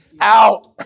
out